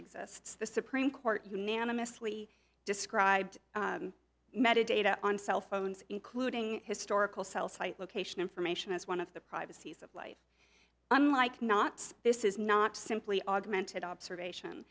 exists the supreme court unanimously described metadata on cell phones including historical cell site location information as one of the privacies of life i'm like not this is not simply augmented observation